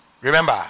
Remember